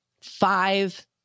Five